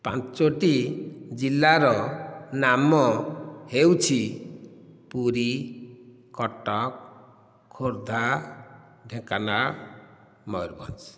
ପାଞ୍ଚଟି ଜିଲ୍ଲାର ନାମ ହେଉଛି ପୁରୀ କଟକ ଖୋର୍ଦ୍ଧା ଢେଙ୍କାନାଳ ମୟୂରଭଞ୍ଜ